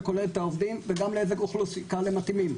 שכולל את העובדים וגם לאיזה קהל הם מתאימים.